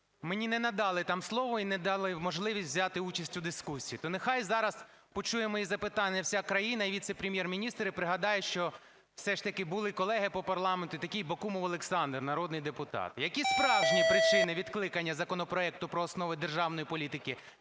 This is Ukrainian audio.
мені не надали там слово і не дали можливості взяти участь у дискусії. То нехай зараз почує мої запитання вся країна, і віце-прем'єр-міністри пригадають, що все ж таки були колеги по парламенту і такий Бакумов Олександр народний депутат. Які справжні причини відкликання законопроекту про основи державної політики